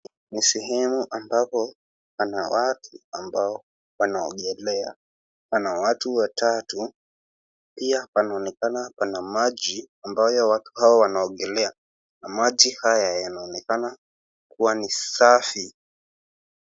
Ni sehemu ambapo pana watu ambao wanaogelea, pana watu watatu pia panaonekana pana maji ambayo wao wanogelea na maji haya yanaonekana kua ni safi.